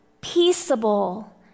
peaceable